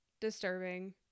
disturbing